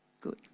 good